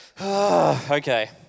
Okay